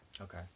Okay